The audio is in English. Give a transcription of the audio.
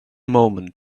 moment